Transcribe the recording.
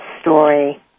story